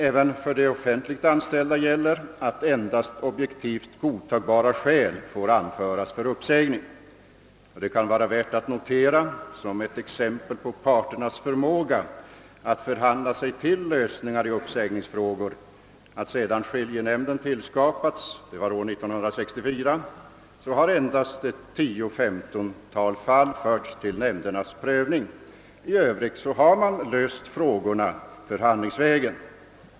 Även för de offentligt anställda gäller att endast objektivt godtagbara skäl får anföras för uppsägning. Det kan vara värt att notera som ett bevis på parternas förmåga att förhandla sig till lösningar i uppsägningsfrågor, att sedan skiljenämnden skapades år 1964 endast 10—15 fall förts till nämndens prövning; i övrigt har frågorna lösts förhandlingsvägen.